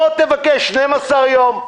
בוא תבקש 12 יום.